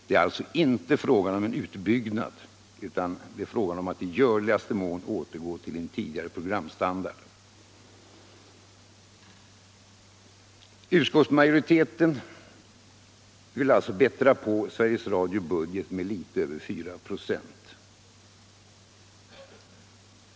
Det är alltså inte fråga om en utbyggnad, utan det är fråga om att i görligaste mån återgå till tidigare programstandard. Utskottsmajoriteten vill alltså bättra på Sveriges Radios driftbudget med så där 5 94.